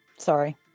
sorry